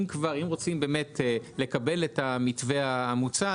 אם רוצים באמת לקבל את המתווה המוצע,